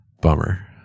Bummer